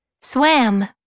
swam